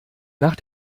nach